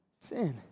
sin